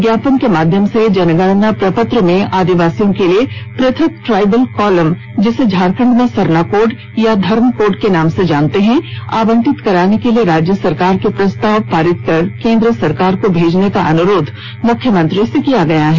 ज्ञापन के माध्यम से जनगणना प्रपत्र में आदिवासियों के लिए पृथक ट्राइबल कॉलम जिसे झारखंड में सरना कोड धरम कोड के नाम से जानते हैं आवंटित कराने के लिए राज्य सरकार से प्रस्ताव पारित कर केंद्र सरकार को भेजने का अनुरोध मुख्यमंत्री से किया गया है